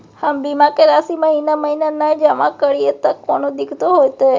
हम बीमा के राशि महीना महीना नय जमा करिए त कोनो दिक्कतों होतय?